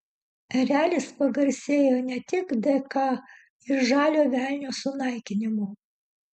erelis pagarsėjo ne tik dka ir žalio velnio sunaikinimu